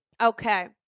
Okay